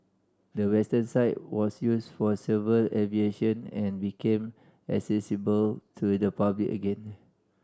the western side was used for civil aviation and became accessible to the public again